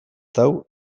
dago